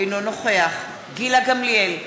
אינו נוכח גילה גמליאל,